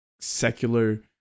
secular